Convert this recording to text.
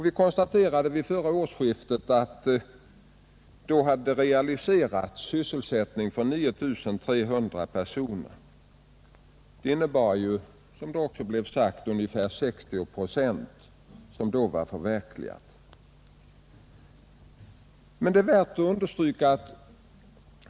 Vi konstaterade vid förra årsskiftet att 9 300 personer, alltså ungefär 60 procent av vad som hade utlovats, hade beretts sysselsättning.